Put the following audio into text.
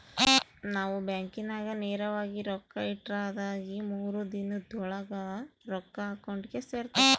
ನಾವು ಬ್ಯಾಂಕಿನಾಗ ನೇರವಾಗಿ ರೊಕ್ಕ ಇಟ್ರ ಅದಾಗಿ ಮೂರು ದಿನುದ್ ಓಳಾಗ ರೊಕ್ಕ ಅಕೌಂಟಿಗೆ ಸೇರ್ತತೆ